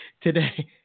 today